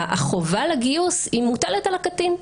שהחובה לגיוס מוטלת על הקטין.